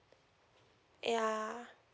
yeah